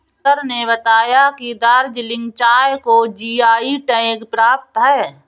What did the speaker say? sir ने बताया कि दार्जिलिंग चाय को जी.आई टैग प्राप्त है